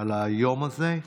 על היום הזה.